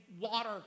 water